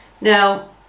now